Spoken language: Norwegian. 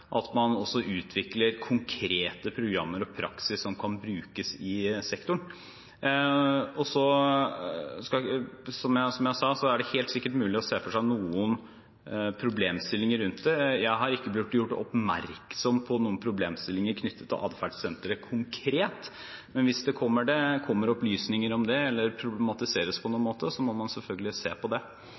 at man også utvikler konkrete programmer og praksis som kan brukes i sektoren. Som jeg sa, er det helt sikkert mulig å se for seg noen problemstillinger rundt det. Jeg har ikke blitt gjort oppmerksom på noen problemstillinger knyttet til Atferdssenteret konkret, men hvis det kommer opplysninger om det, eller om det problematiseres på noen måte, må man selvfølgelig se på det.